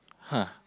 !huh!